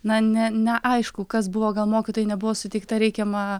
na ne neaišku kas buvo gal mokytojai nebuvo suteikta reikiama